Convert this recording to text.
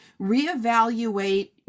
reevaluate